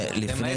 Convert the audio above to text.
לפני